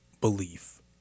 belief